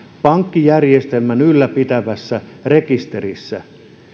pankkijärjestelmän ylläpitämässä rekisterissä